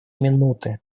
минуты